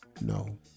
no